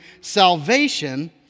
salvation